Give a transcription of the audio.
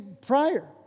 prior